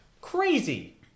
Crazy